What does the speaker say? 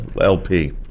LP